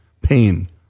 Pain